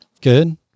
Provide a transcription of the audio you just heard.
Good